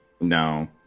No